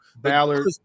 Ballard